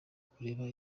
kureba